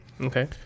Okay